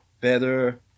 better